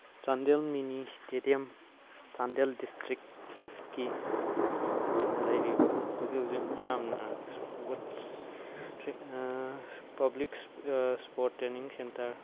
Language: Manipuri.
ꯆꯥꯟꯗꯦꯜ ꯃꯤꯅꯤ ꯏꯁꯇꯦꯗꯤꯌꯝ ꯆꯥꯟꯗꯦꯜ ꯗꯤꯁꯇ꯭ꯔꯤꯛꯀꯤ ꯑꯣꯏꯅ ꯂꯩꯔꯤꯕ ꯍꯧꯖꯤꯛ ꯍꯧꯖꯤꯛ ꯃꯤꯌꯥꯝꯅ sport public sport training centre